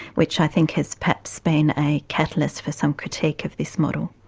which i think has perhaps been a catalyst for some critique of this model.